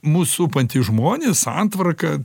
mus supantys žmonės santvarka